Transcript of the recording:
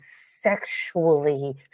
sexually